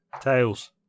Tails